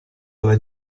alla